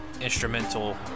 instrumental